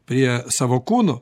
prie savo kūno